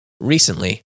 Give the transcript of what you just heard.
recently